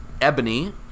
ebony